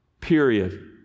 Period